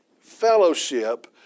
fellowship